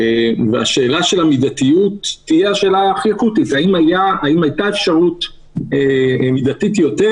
ושאלת המידתיות תהיה השאלה הכי אקוטית האם הייתה אפשרות מידתית יותר,